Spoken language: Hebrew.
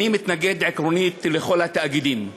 אני מתנגד עקרונית לכל התאגידים.